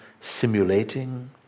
simulating